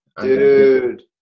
dude